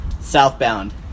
Southbound